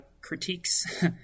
critiques